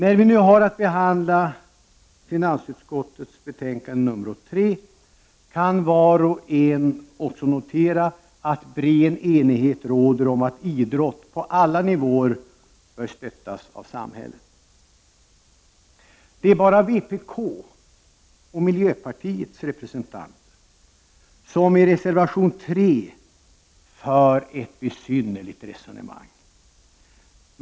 Vi har nu att behandla finansutskottets betänkande nr 3. Var och en kan notera att bred enighet råder om att idrott på alla nivåer bör stöttas av samhället. Det är bara vpk och miljöpartiet som, det framgår av reservation 3, för ett besynnerligt resonemang.